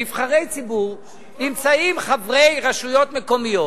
נבחרי ציבור, נמצאים חברי רשויות מקומיות,